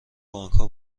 بانکها